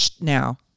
now